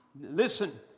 listen